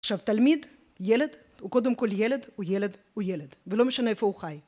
עכשיו תלמיד, ילד, הוא קודם כל ילד, הוא ילד, הוא ילד, ולא משנה איפה הוא חי.